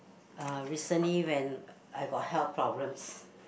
uh recently when I got health problems